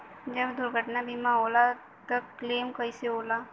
जब दुर्घटना बीमा होला त क्लेम कईसे होला?